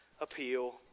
appeal